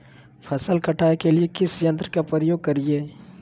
फसल कटाई के लिए किस यंत्र का प्रयोग करिये?